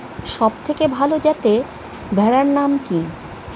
সবথেকে ভালো যাতে ভেড়ার নাম কি?